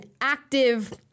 active